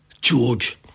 George